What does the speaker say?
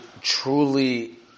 truly